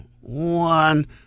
one